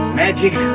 magic